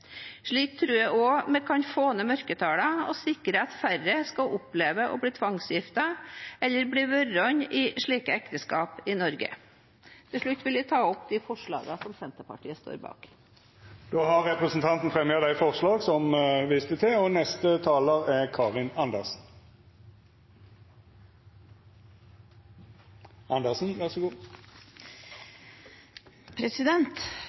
Slik tror jeg også at vi kan få ned mørketallene og sikre at færre skal oppleve å bli tvangsgiftet eller bli værende i slike ekteskap i Norge. Til slutt vil jeg ta opp de forslagene som Senterpartiet står bak. Representanten Heidi Greni har teke opp dei forslaga ho refererte til.